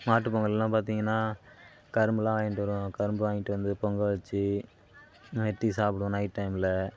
மாட்டு பொங்கல்லாம் பார்த்தீங்கன்னா கரும்பெல்லாம் வாங்கிட்டு வருவாங்க கரும்பு வாங்கிட்டு வந்து பொங்க வெச்சு வெட்டி சாப்பிடுவோம் நைட் டைமில்